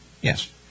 yes